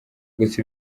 gusa